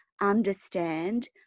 understand